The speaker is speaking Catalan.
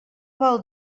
vol